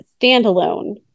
standalone